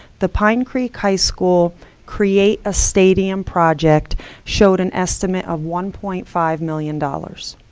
the pine creek high school create a stadium project showed an estimate of one point five million dollars.